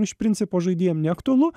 iš principo žaidėjam neaktualu